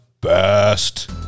best